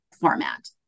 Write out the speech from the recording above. format